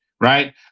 right